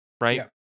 right